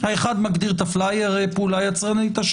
האחד מגדיר את הפלייר כפעולה יצרנית,